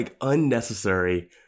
unnecessary